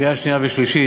בקריאה שנייה ושלישית,